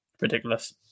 Ridiculous